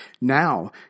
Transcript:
Now